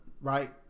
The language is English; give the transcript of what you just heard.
Right